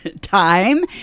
time